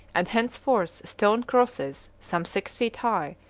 and henceforth stone crosses some six feet high,